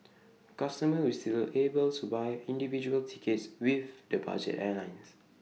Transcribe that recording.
customers will still be able to buy individual tickets with the budget airlines